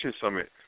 summit